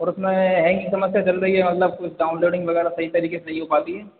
और उसमें हैंग की समस्या चल रही है मतलब कुछ डाउनलोडिंग वगैरह सही तरीके से नहीं हो पाती है